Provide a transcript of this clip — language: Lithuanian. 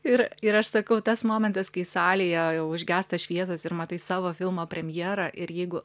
ir ir aš sakau tas momentas kai salėje jau užgęsta šviesos ir matai savo filmo premjerą ir jeigu